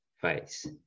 face